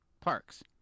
Parks